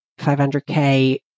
500k